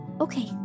Okay